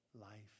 life